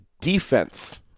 defense